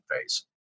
phase